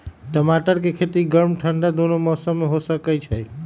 टमाटर के खेती गर्म ठंडा दूनो मौसम में हो सकै छइ